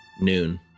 noon